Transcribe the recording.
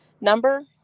number